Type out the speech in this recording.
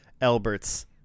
Albert's